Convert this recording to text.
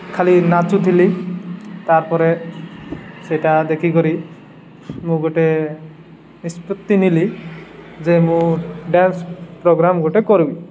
ଖାଲି ନାଚୁଥିଲି ତାପରେ ସେଇଟା ଦେଖିକରି ମୁଁ ଗୋଟେ ନିଷ୍ପତ୍ତି ନେଲି ଯେ ମୁଁ ଡ୍ୟାନ୍ସ ପ୍ରୋଗ୍ରାମ ଗୋଟେ କରିବି